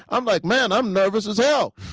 i'm like, man, i'm nervous as hell.